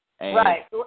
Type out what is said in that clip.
Right